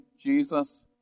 Jesus